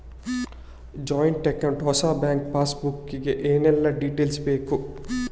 Joint account ಹೊಸ bank passbook ಗೆ ಏನೆಲ್ಲ ಡೀಟೇಲ್ಸ್ ಬೇಕು?